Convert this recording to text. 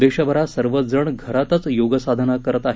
देशभरात सर्वचजण घरातच योग साधना करत आहेत